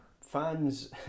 fans